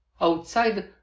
outside